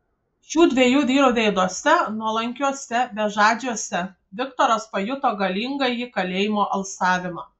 šių dviejų vyrų veiduose nuolankiuose bežadžiuose viktoras pajuto galingąjį kalėjimo alsavimą